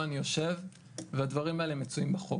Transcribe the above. אני יושב והדברים האלה מצויים בחוק,